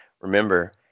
Remember